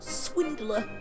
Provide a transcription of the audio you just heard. swindler